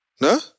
No